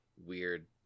weird